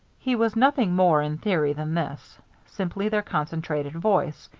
he was nothing more in theory than this simply their concentrated voice.